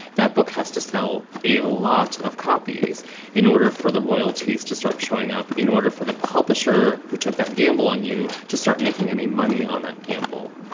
that book has to sell a lot of copies in order for the royalties to start showing up in order for the publisher who took that gamble on you to start making any money on that gamble.